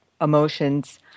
emotions